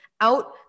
out